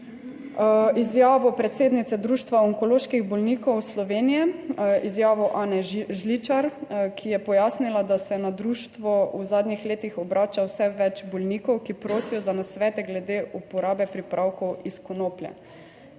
izjavo predsednice Društva onkoloških bolnikov Slovenije, izjavo Ane Žličar, ki je pojasnila, da se na društvo v zadnjih letih obrača vse več bolnikov, ki prosijo za nasvete glede uporabe pripravkov iz konoplje.